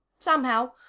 somehow,